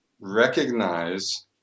recognize